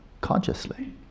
consciously